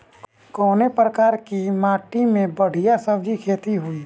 कवने प्रकार की माटी में बढ़िया सब्जी खेती हुई?